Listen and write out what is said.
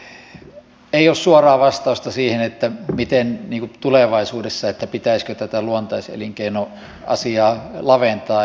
nyt ei ole suoraa vastausta siihen miten tulevaisuudessa pitäisikö tätä luontaiselinkeinoasiaa laventaa